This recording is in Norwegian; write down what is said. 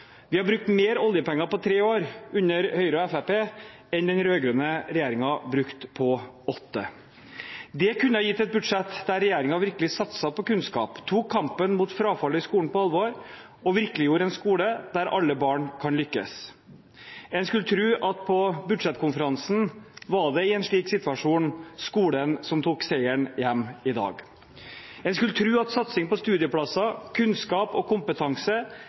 Vi har brukt mer oljepenger på tre år under Høyre og Fremskrittspartiet enn den rød-grønne regjeringen brukte på åtte. Det kunne ha gitt et budsjett der regjeringen virkelig satset på kunnskap, tok kampen mot frafall i skolen på alvor og virkeliggjorde en skole der alle barn kan lykkes. En skulle tro at på budsjettkonferansen var det i en slik situasjon skolen som tok «seiern hjæm i dag». En skulle tro at satsing på studieplasser, kunnskap og kompetanse